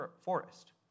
forest